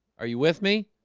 are you with me?